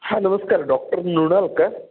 हां नमस्कार डॉक्टर मृणाल का